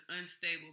unstable